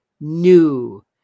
new